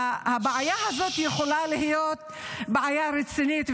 הבעיה הזו יכולה להיות בעיה רצינית,